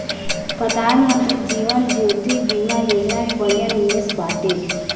प्रधानमंत्री जीवन ज्योति बीमा योजना भी बढ़िया निवेश बाटे